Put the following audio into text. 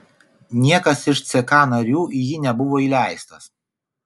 niekas iš ck narių į jį nebuvo įleistas